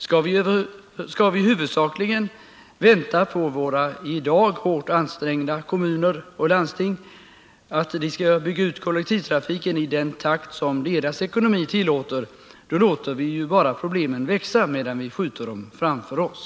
Skall vi huvudsakligen vänta på att våra i dag hårt ansträngda kommuner och landsting skall bygga ut kollektivtrafiken i den takt som deras ekonomi tillåter, då låter vi ju bara problemen växa medan vi skjuter dem framför oss.